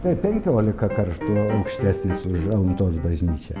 tai penkiolika kartų aukštesnis už baudos bažnyčią